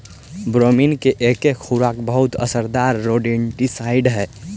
bromethalin के एके खुराक बहुत असरदार रोडेंटिसाइड हई